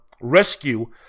rescue